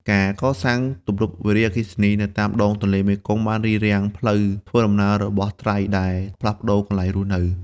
ការកសាង ទំនប់វារីអគ្គិសនី នៅតាមដងទន្លេមេគង្គបានរារាំងផ្លូវធ្វើដំណើររបស់ត្រីដែលផ្លាស់ប្តូរកន្លែងរស់នៅ។